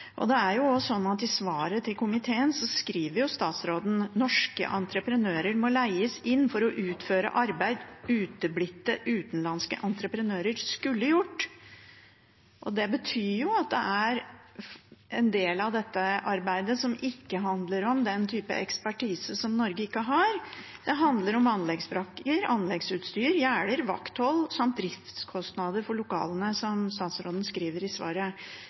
I svaret til komiteen skriver statsråden: «Norske entreprenører må leies inn for å utføre arbeid uteblitte utenlandske entreprenører skulle gjort.» Det betyr at det er en del av dette arbeidet som ikke handler om den typen ekspertise som Norge ikke har. Det handler om «anleggsbrakker, anleggsutstyr, gjerder, vakthold, samt driftskostnader for lokalene», som statsråden skriver i svaret.